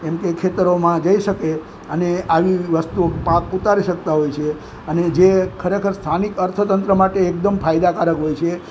એમ કે ખેતરોમાં જઈ શકે અને આવી વસ્તુઓ પાક ઉતારી શકતા હોય છે અને જે ખરેખર સ્થાનિક અર્થતંત્ર માટે એકદમ ફાયદાકારક હોય છે